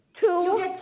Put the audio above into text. two